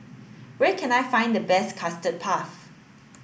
where can I find the best custard puff